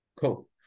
Cool